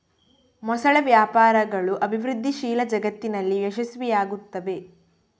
ಮೊಸಳೆ ವ್ಯಾಪಾರಗಳು ಅಭಿವೃದ್ಧಿಶೀಲ ಜಗತ್ತಿನಲ್ಲಿ ಯಶಸ್ವಿಯಾಗುತ್ತವೆ